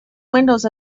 windows